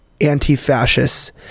anti-fascists